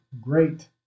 great